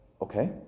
okay